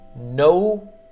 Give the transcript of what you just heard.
no